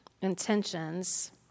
intentions